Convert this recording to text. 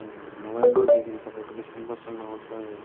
नोबेम्बरदेखि तपाईँको डिसेम्बरसम्म आउँछ र